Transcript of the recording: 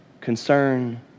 Concern